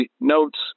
notes